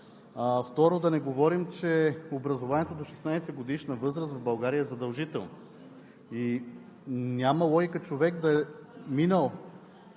Второ, да не говорим, че образованието до 16-годишна възраст в България е задължително и няма логика човек да е минал